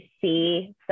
see